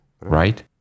Right